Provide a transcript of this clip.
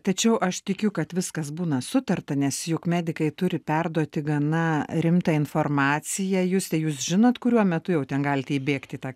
tačiau aš tikiu kad viskas būna sutarta nes juk medikai turi perduoti gana rimtą informaciją juste jūs žinot kuriuo metu jau ten galite įbėgti į tą